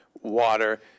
water